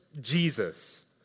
Jesus